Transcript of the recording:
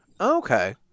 Okay